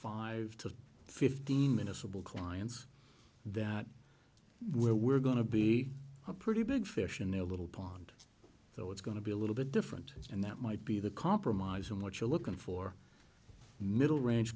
five to fifteen minutes a bill clients that we're we're going to be a pretty big fish in a little pond so it's going to be a little bit different and that might be the compromise from what you're looking for middle ran